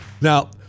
Now